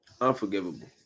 Unforgivable